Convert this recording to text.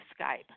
Skype